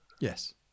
Yes